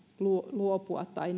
luopua tai